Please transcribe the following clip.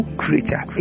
creature